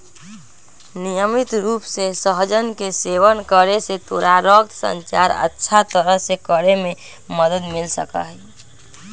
नियमित रूप से सहजन के सेवन करे से तोरा रक्त संचार अच्छा तरह से करे में मदद मिल सका हई